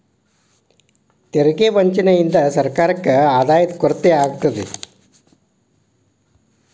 ತೆರಿಗೆ ವಂಚನೆಯಿಂದ ಸರ್ಕಾರಕ್ಕ ಆದಾಯದ ಕೊರತೆ ಆಗತ್ತ